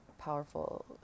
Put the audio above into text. powerful